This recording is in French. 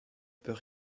peut